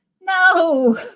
No